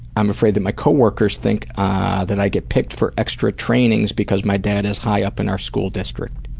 i'm afraid that my coworkers think ah that i get picked for extra trainings because my dad is high up in our school district.